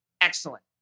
excellent